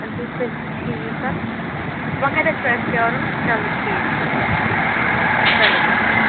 اَدٕ حظ تیٚلہِ چھُو ٹھیٖک وۅنۍ کَتٮ۪تھ چھُ اَسہِ پرٛارُن چلو ٹھیٖک چھُ ٹھیٖک چھُ چلو بِہِو بِہِو